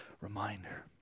reminder